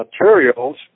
materials